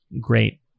great